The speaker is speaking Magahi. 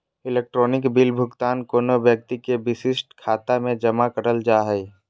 इलेक्ट्रॉनिक बिल भुगतान कोनो व्यक्ति के विशिष्ट खाता में जमा करल जा हइ